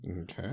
Okay